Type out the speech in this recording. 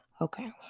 okay